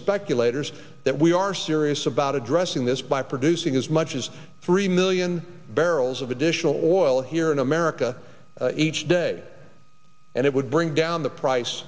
speculators that we are serious about addressing this by producing as much as three million barrels of additional oil here in america each day and it would bring down the price